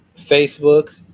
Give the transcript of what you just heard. facebook